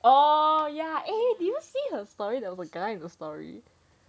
oh ya eh did you see her story there was a guy in the story